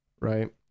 right